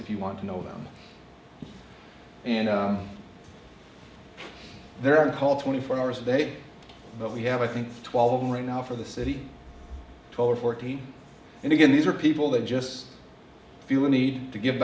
if you want to know them and they're on call twenty four hours a day but we have i think twelve of them right now for the city hall or fourteen and again these are people that just feel a need to give